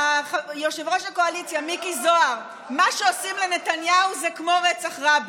יושב-ראש הקואליציה מיקי זוהר: מה שעושים לנתניהו זה כמו רצח רבין.